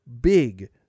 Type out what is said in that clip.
big